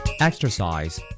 Exercise